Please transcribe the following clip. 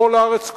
בכל הארץ,